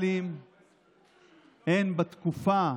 הן בתקופה,